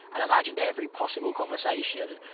and imagined every possible conversation,